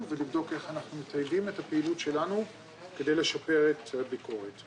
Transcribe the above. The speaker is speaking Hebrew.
ולבדוק איך אנחנו מתעדים את הפעילות שלנו כדי לשפר את הביקורת.